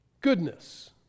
goodness